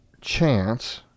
chance